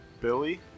Billy